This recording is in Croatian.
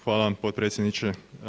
Hvala vam potpredsjedniče.